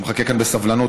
שמחכה כאן בסבלנות,